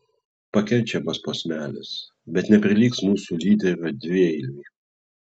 pakenčiamas posmelis bet neprilygs mūsų lyderio dvieiliui